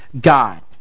God